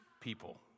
people